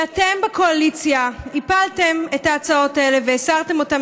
ואתם בקואליציה הפלתם את ההצעות האלה והסרתם אותן